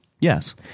Yes